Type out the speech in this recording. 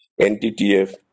NTTF